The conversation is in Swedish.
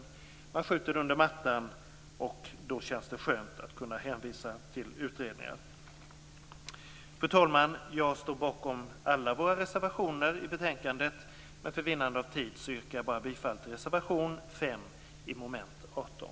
Frågan skjuts under mattan, och då känns det skönt att kunna hänvisa till utredningar. Fru talman! Jag står bakom alla reservationer i betänkandet. För vinnande av tid yrkar jag bifall bara till reservation 5 under mom. 18.